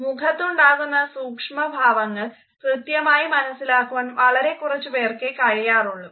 മുഖത്തുണ്ടാകുന്ന സൂക്ഷ്മഭാവങ്ങൾ കൃത്യമായി മനസ്സിലാക്കുവാൻ വളരെ കുറച്ചു പേർക്കേ കഴിയാറുള്ളു